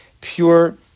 pure